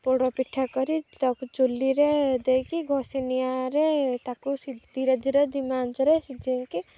ପୋଡ଼ ପିଠା କରି ତାକୁ ଚୁଲିରେ ଦେଇକି ଘଷି ନିଆଁରେ ତାକୁ ଧିରେ ଧିରେ ଧିମା ଆଞ୍ଚରେ ସିଝାଇକି